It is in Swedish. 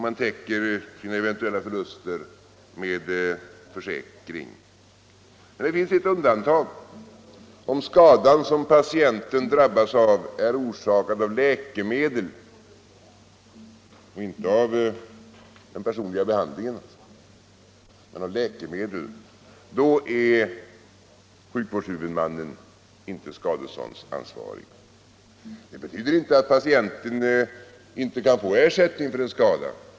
Man täcker sina eventuella förluster med försäkringar. Men det finns ett undantag. Om skada som patienten drabbas av är orsakad av läkemedel — inte av personlig behandling — då är sjukvårdshuvudmannen inte skadeståndsansvarig. Det betyder inte att patienten inte kan få ersättning för en skada.